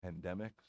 pandemics